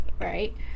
Right